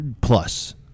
plus